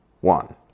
one